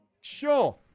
Sure